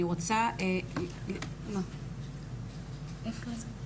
אני רוצה לעבור לד"ר מיכל